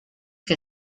que